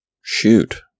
shoot